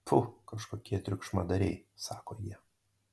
pfu kažkokie triukšmadariai sako jie